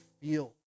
feel